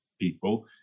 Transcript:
people